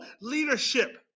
leadership